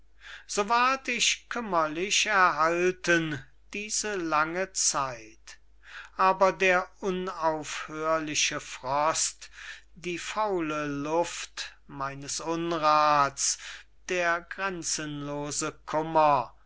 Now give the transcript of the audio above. so ward ich kümmerlich erhalten diese lange zeit aber der unaufhörliche frost die faule luft meines unraths der grenzenlose